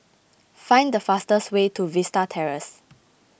find the fastest way to Vista Terrace